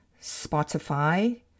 Spotify